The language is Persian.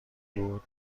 بود